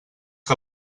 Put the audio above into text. que